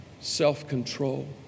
self-control